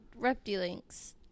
reptilinks